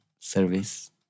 service